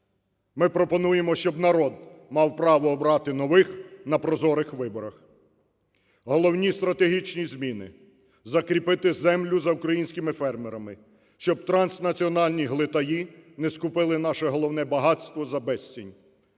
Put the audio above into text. Ми пропонуємо, щоб народ мав право обрати нових на прозорих виборах. Головні стратегічні зміни. Закріпити землю за українськими фермерами, щоб транснаціональні глитаї не скупили наше головне багатство за безцінь.